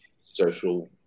social